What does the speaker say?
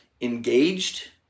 engaged